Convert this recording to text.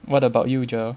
what about you Joel